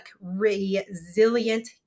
Resilient